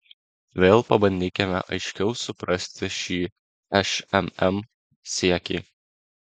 vėl pabandykime aiškiau suprasti šį šmm siekį